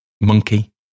monkey